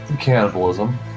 cannibalism